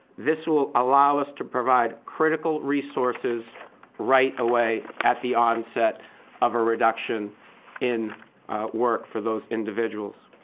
this will allow us to provide critical resources right away at the onset of a reduction in work for those individuals.